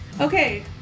Okay